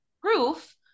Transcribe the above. proof